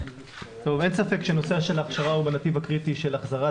אין ספק שהנושא של ההכשרה הוא בנתיב הקריטי של החזרת